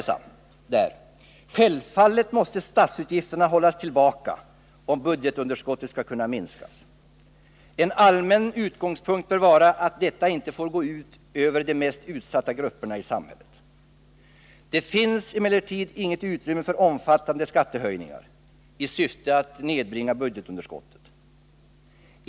Självfallet måste ”statsutgifterna hållas tillbaka om budgetunderskottet skall kunna minskas. En allmän utgångspunkt ——— bör vara att detta inte får gå ut över de mest utsatta grupperna i samhället.” Det ”finns emellertid inget utrymme för omfattande skattehöjningar i syfte att nedbringa budgetunderskottet ——-=—.